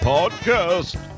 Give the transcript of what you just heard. Podcast